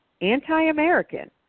anti-American